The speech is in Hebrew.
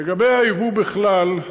לגבי היבוא בכלל,